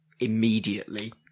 immediately